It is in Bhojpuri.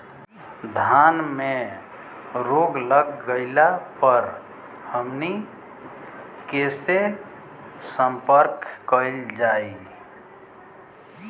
धान में रोग लग गईला पर हमनी के से संपर्क कईल जाई?